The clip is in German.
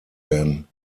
werden